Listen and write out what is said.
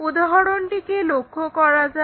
উদাহরণটিকে লক্ষ্য করা যাক